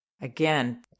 again